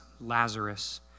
Lazarus